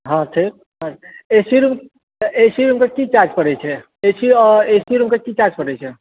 हँ ठीक A C room A C room के की चार्ज पड़ छै